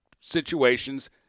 situations